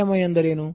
ವ್ಯಾಯಾಮ ಎಂದರೇನು